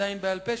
עדיין בעל-פה,